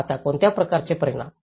आता कोणत्या प्रकारचे परिणाम